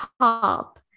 top